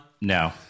No